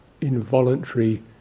involuntary